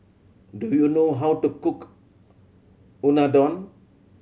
do you know how to cook Unadon